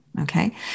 Okay